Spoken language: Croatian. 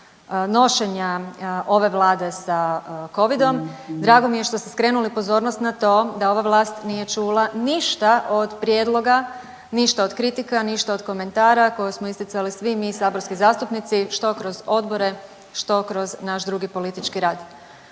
nošenja ove vlade sa covidom, drago mi je što ste skrenuli pozornost na to da ova vlast nije čula ništa od prijedloga, ništa od kritika, ništa od komentara koje smo isticali svi mi saborski zastupnici što kroz odbore, što kroz naš drugi politički rad.